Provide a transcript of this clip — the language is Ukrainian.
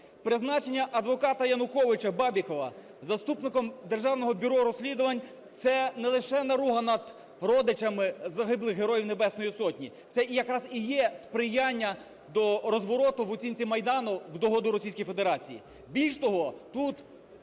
Призначення адвоката Януковича Бабікова заступником Державного бюро розслідувань – це не лише наруга над родичами загиблих Героїв Небесної Сотні, це якраз і є сприяння до розвороту в оцінці Майдану в догоду Російській Федерації. Більш того, тут,